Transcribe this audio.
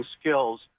skills